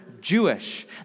Jewish